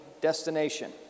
destination